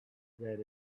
that